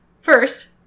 first